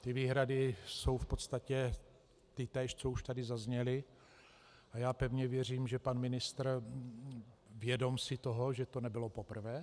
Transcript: Ty výhrady jsou v podstatě tytéž, co už tu zazněly, a já pevně věřím, že si je pan ministr vědom toho, že to nebylo poprvé.